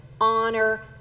honor